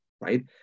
right